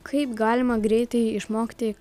kaip galima greitai išmokti